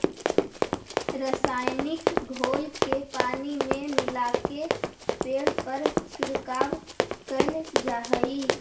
रसायनिक घोल के पानी में मिलाके पेड़ पर छिड़काव कैल जा हई